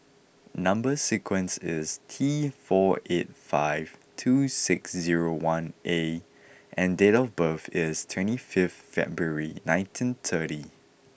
number sequence is T four eight five two six zero one A and date of birth is twenty fifth February nineteen thirty